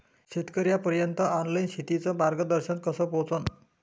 शेतकर्याइपर्यंत ऑनलाईन शेतीचं मार्गदर्शन कस पोहोचन?